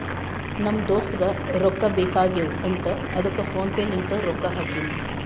ನಮ್ ದೋಸ್ತುಗ್ ರೊಕ್ಕಾ ಬೇಕ್ ಆಗೀವ್ ಅಂತ್ ಅದ್ದುಕ್ ಫೋನ್ ಪೇ ಲಿಂತ್ ರೊಕ್ಕಾ ಹಾಕಿನಿ